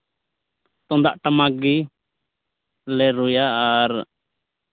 ᱛᱩᱢᱫᱟᱜ ᱴᱟᱢᱟᱠ ᱜᱮᱞᱮ ᱨᱩᱭᱟ ᱟᱨ